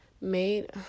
made